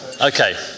Okay